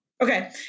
Okay